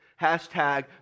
Hashtag